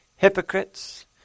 Hypocrites